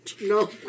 No